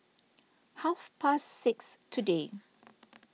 half past six today